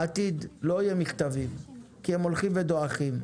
הולכים ודועכים.